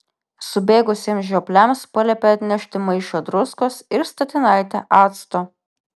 subėgusiems žiopliams paliepė atnešti maišą druskos ir statinaitę acto